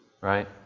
right